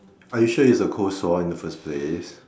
are you sure its a cold sore in the first place